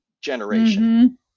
generation